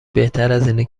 بهترازاینه